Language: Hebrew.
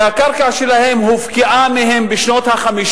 שהקרקע שלהם הופקעה מהם בשנות ה-50